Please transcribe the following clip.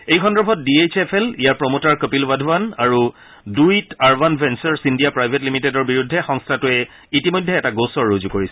এই সন্দৰ্ভত D H F L ইয়াৰ প্ৰমোটাৰ কপিল ৱধাৱান আৰু do it urban ventures India private লিমিডেটৰ বিৰুদ্ধে সংস্থাটোৱে ইতিমধ্যে এটা গোচৰ ৰুজু কৰিছে